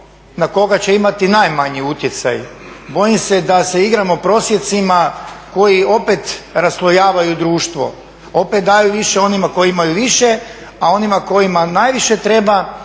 na koga će imati najmanji utjecaj. Bojim se da se igramo prosjecima koji opet raslojavaju društvo. Opet daju više onima koji imaju više, a onima kojima najviše treba